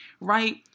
Right